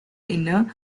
inner